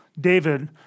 David